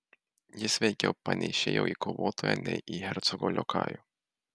jis veikiau panėšėjo į kovotoją nei į hercogo liokajų